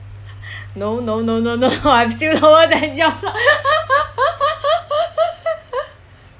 no no no no no no I'm still lower than yours